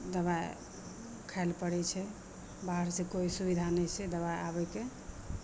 दबाइ खाइ लए पड़ै बाहरसे कोइ सुबिधा नहि छै दबाइ आबैके